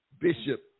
Bishop